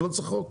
לא צריך חוק.